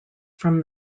from